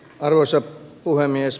arvoisa puhemies